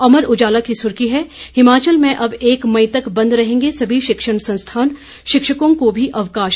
अमर उजाला की सुर्खी है हिमाचल में अब एक मई तक बंद रहेंगे सभी शिक्षण संस्थान शिक्षकों को भी अवकाश